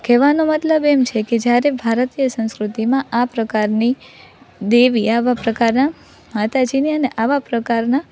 કહેવાનો મતલબ એમ છે કે જયારે ભારતીય સંસ્કૃતિમાં આ પ્રકારની દેવી આવા પ્રકારનાં માતાજીની અને આવા પ્રકારના